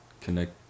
connect